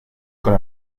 con